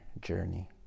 journey